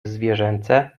zwierzęce